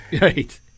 Right